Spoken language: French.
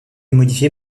modifiée